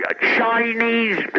Chinese